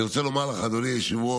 אני רוצה לומר לך, אדוני היושב-ראש,